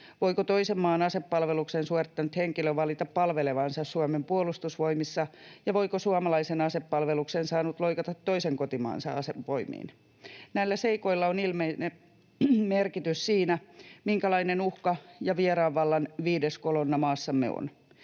Voiko toisen maan asepalveluksen suorittanut henkilö valita palvelevansa Suomen Puolustusvoimissa, ja voiko suomalaisen asepalveluksen saanut loikata toisen kotimaansa asevoimiin? Näillä seikoilla on ilmeinen merkitys siinä, minkälainen uhka ja vieraan vallan viides kolonna maassamme on.